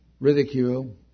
Ridicule